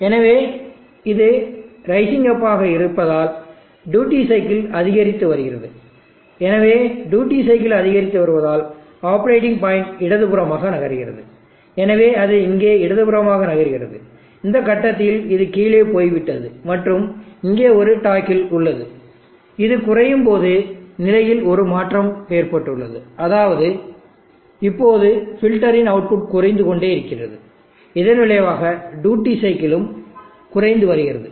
எனவே இது rising up ஆக இருப்பதால் டியூட்டி சைக்கிள் அதிகரித்து வருகிறது எனவே டியூட்டி சைக்கிள் அதிகரித்து வருவதால் ஆப்பரேட்டிங் பாயிண்ட் இடதுபுறமாக நகர்கிறது எனவே அது இங்கே இடதுபுறமாக நகர்கிறது இந்த கட்டத்தில் இது கீழே போய்விட்டது மற்றும் இங்கே ஒரு டாக்கில் உள்ளது இது குறையும் போது நிலையில் ஒரு மாற்றம் ஏற்பட்டுள்ளது அதாவது இப்போது பில்டரின் அவுட்புட் குறைந்து கொண்டிருக்கிறது இதன் விளைவாக டியூட்டி சைக்கிளும் குறைத்து வருகிறது